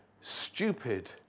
stupid